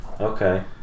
Okay